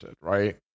right